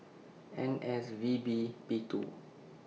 N S V B P two